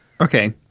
Okay